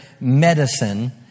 medicine